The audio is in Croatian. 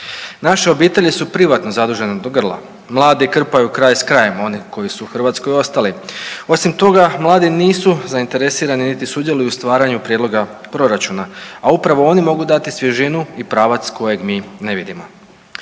Naše obitelji su privatno zadužene do grla, mladi krpaju kraj s krajem, oni koji su u Hrvatskoj ostali. Osim toga, mladi nisu zainteresirani niti sudjeluju u stvaranju prijedloga proračuna, a upravo oni mogu dati svježinu i pravac kojeg mi ne vidimo.